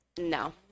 no